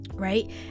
Right